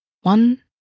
One